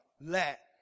let